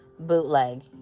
bootleg